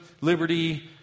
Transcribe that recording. liberty